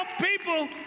people